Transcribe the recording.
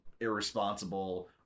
irresponsible